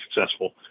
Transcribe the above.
successful